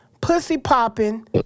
pussy-popping